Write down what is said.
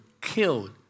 killed